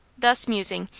thus musing,